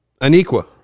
Aniqua